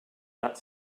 that